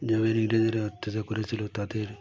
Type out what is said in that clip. যাদের ইংরেজরা অত্যাচার করেছিল তাদের